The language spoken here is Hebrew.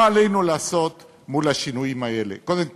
מה עלינו לעשות מול השינויים האלה: קודם כול,